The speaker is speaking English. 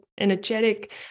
energetic